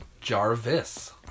Jarvis